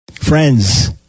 Friends